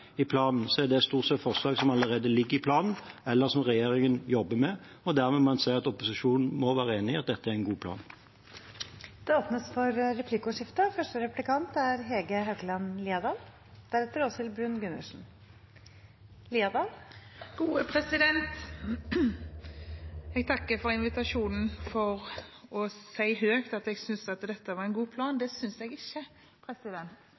i planen, er det stort sett forslag som allerede ligger i planen, eller som regjeringen jobber med. Dermed kan man si at opposisjonen må være enig i at dette er en god plan. Det blir replikkordskifte. Jeg takker for invitasjonen til å si høyt at jeg synes dette var en god plan. Det synes jeg ikke. Bakgrunnen for det og for skuffelsen er at